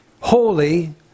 holy